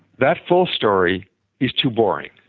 that full story is too boring,